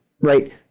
right